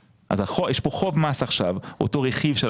יש כאן תהליך הוא מיטיב בעיקרו בצורה